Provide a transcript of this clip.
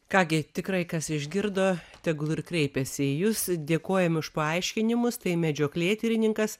ką gi tikrai kas išgirdo tegul ir kreipiasi į jus dėkojam už paaiškinimus tai medžioklėtirininkas